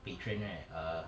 patron right err